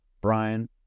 Brian